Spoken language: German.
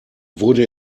wurde